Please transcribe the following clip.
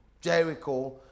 Jericho